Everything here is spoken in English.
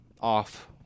off